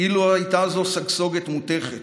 כאילו הייתה זו סגסוגת מותכת,